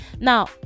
Now